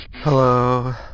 Hello